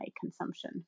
consumption